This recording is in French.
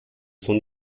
son